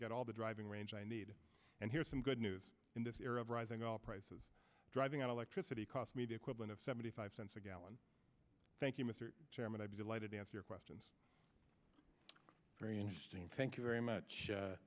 get all the driving range i need and here's some good news in this era of rising prices driving on electricity cost me the equivalent of seventy five cents a gallon thank you mr chairman i'd be delighted to answer your questions very interesting thank you very much